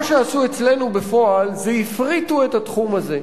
מה שעשו אצלנו בפועל זה הפריטו את התחום הזה,